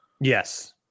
Yes